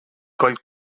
coll